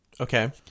Okay